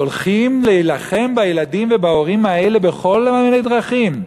אז הולכים להילחם בילדים ובהורים האלה בכל מיני דרכים.